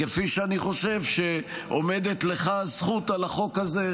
כפי שאני חושב שעומדת לך הזכות על החוק הזה,